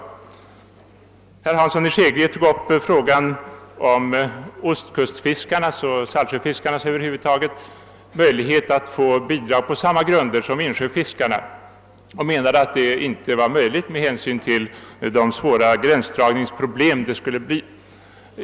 Herr Hansson i Skegrie tog upp frågan om saltsjöfiskarnas möjlighet att få bidrdag på samma grunder som insjöfiskarna och menade att det inte var möjligt med hänsyn till de svåra gränsdragningsproblem som skulle uppstå.